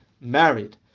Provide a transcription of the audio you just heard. married